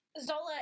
Zola